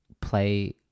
play